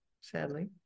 sadly